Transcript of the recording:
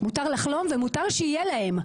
ומותר שיהיה להם.